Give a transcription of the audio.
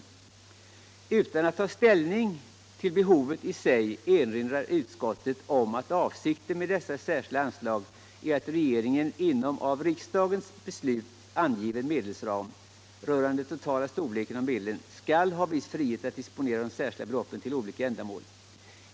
Utan att ta ställning till behovet i sig erinrar utskottet om att avsikten med dessa särskilda anslag är att regeringen inom av riksdagens beslut angiven medelsram rörande den totala storleken av medlen skall ha viss frihet att disponera de särskilda beloppen till olika ändamål.